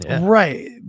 right